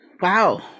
Wow